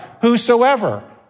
Whosoever